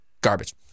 Garbage